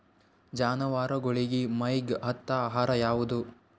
ಜಾನವಾರಗೊಳಿಗಿ ಮೈಗ್ ಹತ್ತ ಆಹಾರ ಯಾವುದು?